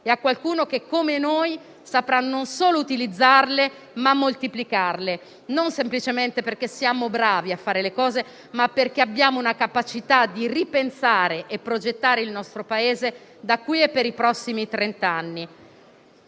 di noi e che, come noi, saprà non solo utilizzarle ma moltiplicarle, non semplicemente perché siamo bravi a fare le cose, ma perché abbiamo una capacità di ripensare e progettare il nostro Paese da qui e per i prossimi trent'anni.